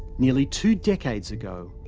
nearly two decades ago,